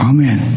Amen